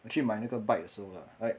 我去买那个 bike 的时候 lah right